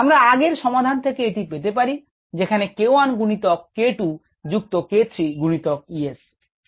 আমরা আগের সমাধান থেকে এটি পেতে পারি যেখানে k1গুণিতক k2 যুক্ত k3 গুণিতক E S